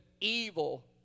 evil